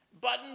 Button